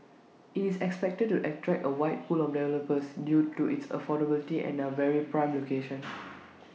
IT is expected to attract A wide pool of developers due to its affordability and A very prime location